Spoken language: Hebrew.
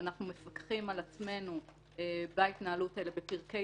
אנחנו מפקחים על עצמנו בהתנהלות הזו בפרקי